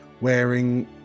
wearing